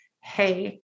Hey